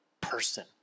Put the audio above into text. person